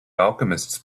alchemists